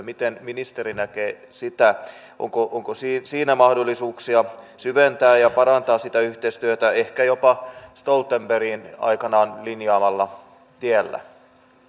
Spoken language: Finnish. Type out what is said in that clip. miten ministeri näkee myös laajemman pohjoismaisen yhteistyön onko siinä siinä mahdollisuuksia syventää ja parantaa sitä yhteistyötä ehkä jopa stoltenbergin aikanaan linjaamalla tiellä